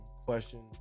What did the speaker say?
questions